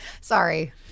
Sorry